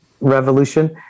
revolution